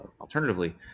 alternatively